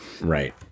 Right